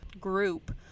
group